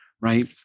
right